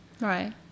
Right